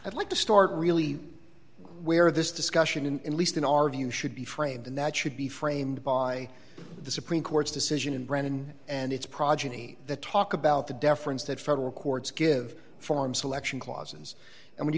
i'd like to start really where this discussion in least in our view should be framed and that should be framed by the supreme court's decision in brennan and it's progeny that talk about the deference that federal courts give form selection clauses and when you